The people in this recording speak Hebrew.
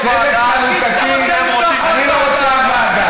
צדק חלוקתי, לפתוח עוד ועדה.